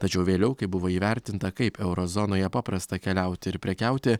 tačiau vėliau kai buvo įvertinta kaip euro zonoje paprasta keliauti ir prekiauti